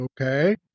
Okay